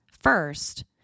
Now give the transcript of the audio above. First